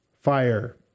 fire